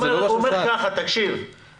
בשביל